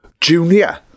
Junior